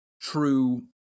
true